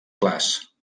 clars